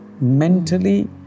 Mentally